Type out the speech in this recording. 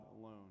alone